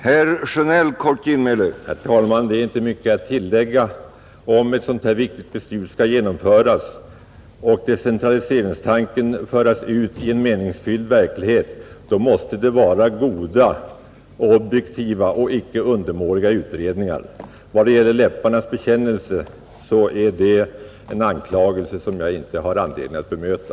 Herr talman! Det är inte mycket att tillägga. Om ett sådant här viktigt beslut skall genomföras och decentraliseringstanken föras ut till meningsfylld verklighet, så måste beslutet grundas på goda och objektiva och icke undermåliga utredningar. Vad det gäller att jag hänger mig till endast läpparnas bekännelse i en för mig central ideologisk fråga är det en anklagelse som jag inte har anledning att bemöta.